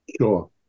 Sure